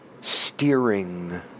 steering